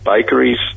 bakeries